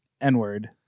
N-word